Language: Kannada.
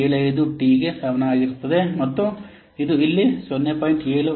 75 ಟಿ ಗೆ ಸಮನಾಗಿರುತ್ತದೆ ಮತ್ತು ಇದು ಇಲ್ಲಿ 0